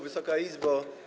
Wysoka Izbo!